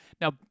Now